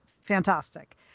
fantastic